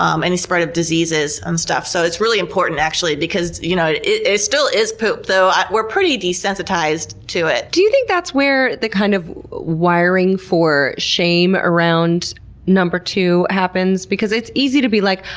um any spread of diseases and stuff. so it's really important, actually, because you know it still is poop, though we're pretty desensitized to it. do you think that's where the kind of wiring for shame around number two happens? because it's easy to be like,